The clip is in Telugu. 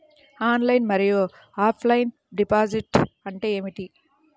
ఆన్లైన్ మరియు ఆఫ్లైన్ డిపాజిట్ అంటే ఏమిటి?